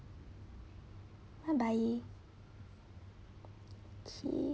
bye bye okay